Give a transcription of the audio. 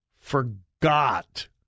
forgot